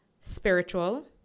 Spiritual